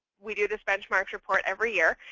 we do this benchmarks report every year.